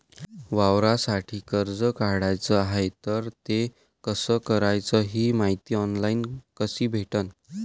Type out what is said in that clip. वावरासाठी कर्ज काढाचं हाय तर ते कस कराच ही मायती ऑनलाईन कसी भेटन?